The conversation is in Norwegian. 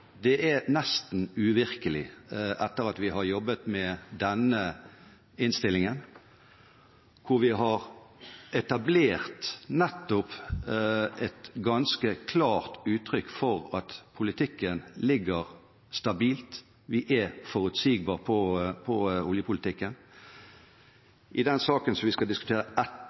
Det er nesten uvirkelig etter at vi har jobbet med denne innstillingen, hvor vi har etablert nettopp et ganske klart uttrykk for at politikken ligger stabilt, vi er